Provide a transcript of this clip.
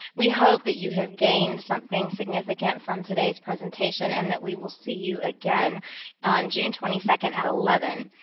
we hope that you have gained something significant from today's presentation and that we will see you again on june twenty second at eleven